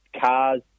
cars